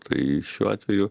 tai šiuo atveju